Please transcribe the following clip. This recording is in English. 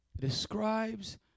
Describes